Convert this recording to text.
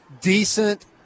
decent